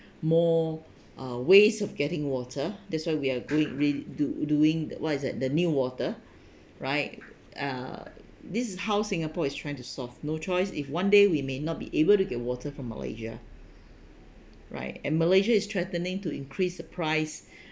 more uh ways of getting water that's why we are great re~ do doing the what is that the new water right uh this is how singapore is trying to solve no choice if one day we may not be able to get water from malaysia right and malaysia is threatening to increase the price